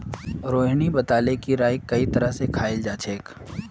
रोहिणी बताले कि राईक कई तरह स खाल जाछेक